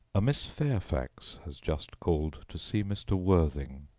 a miss fairfax has just called to see mr. worthing.